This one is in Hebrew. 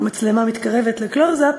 המצלמה מתקרבת לקלוז-אפ,